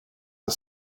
the